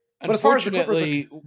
Unfortunately